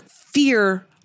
fear